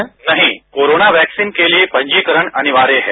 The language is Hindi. उत्तर नही कोरोना दैक्सीन के लिए पंजीकरण अनिवार्य है